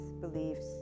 beliefs